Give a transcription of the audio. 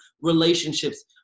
relationships